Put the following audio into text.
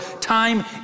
time